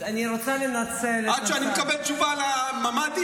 אני רוצה לנצל את --- עד שאני מקבל תשובה על הממ"דים?